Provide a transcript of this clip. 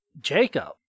Jacob